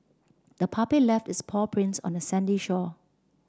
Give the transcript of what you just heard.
the puppy left its paw prints on the sandy shore